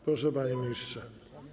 Proszę, panie ministrze.